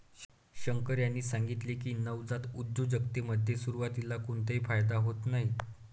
शंकर यांनी सांगितले की, नवजात उद्योजकतेमध्ये सुरुवातीला कोणताही फायदा होत नाही